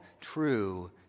true